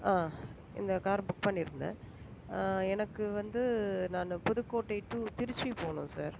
இந்த car book பண்ணியிருந்தேன் எனக்கு வந்து நான் புதுக்கோட்டை டூ திருச்சி போகணும் சார்